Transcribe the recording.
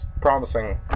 promising